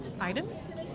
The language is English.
items